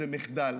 זה מחדל.